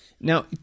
Now